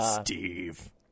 Steve